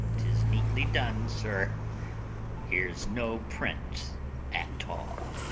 tis neatly done, sir here's no print at all.